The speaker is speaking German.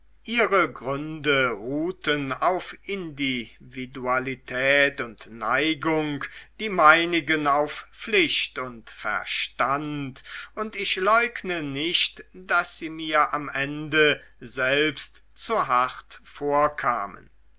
ihre gründe ruhten auf individualität und neigung die meinigen auf pflicht und verstand und ich leugne nicht daß sie mir am ende selbst zu hart vorkamen